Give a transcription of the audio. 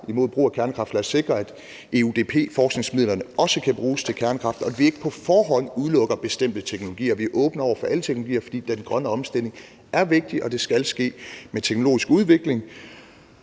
imod kernekraft. Lad os sikre, at EUDP-forskningsmidlerne også kan bruges til kernekraft, og at vi ikke på forhånd udelukker bestemte teknologier, men at vi er åbne over for alle teknologier, for den grønne omstilling er vigtig, og den skal ske med brug af teknologisk udvikling.